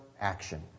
action